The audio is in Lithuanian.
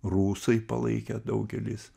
rusai palaikė daugelis